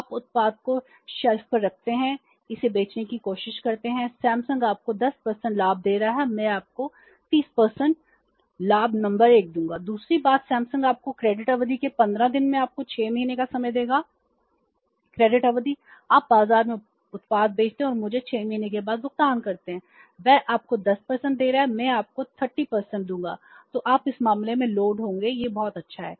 आप उत्पाद को शेल्फ होंगे यह बहुत अच्छा है